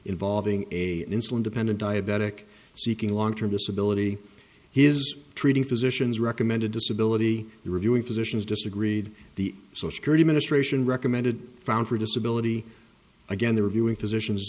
involving a insulin dependent diabetic seeking long term disability his treating physicians recommended disability reviewing physicians disagreed the so security ministration recommended found for disability again the reviewing physicians